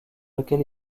lequel